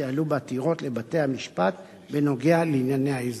שיעלו בעתירות לבתי-המשפט בנוגע לענייני האזור.